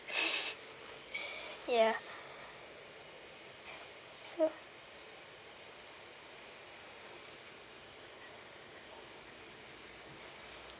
ya so